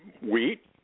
wheat